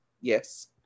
yes